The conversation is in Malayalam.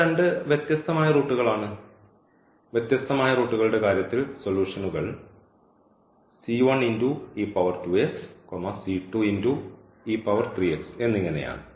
അവ രണ്ട് വ്യത്യസ്തമായ റൂട്ടുകൾ ആണ് വ്യത്യസ്തമായ റൂട്ടുകളുടെ കാര്യത്തിൽ സൊലൂഷൻകൾ എന്നിങ്ങനെയാണ്